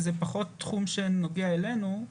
זה פחות תחום שנוגע אלינו.